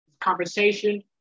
conversation